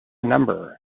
number